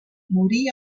morí